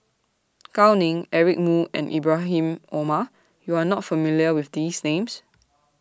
Gao Ning Eric Moo and Ibrahim Omar YOU Are not familiar with These Names